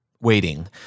waiting